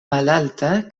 malalta